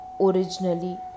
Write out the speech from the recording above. originally